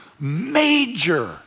major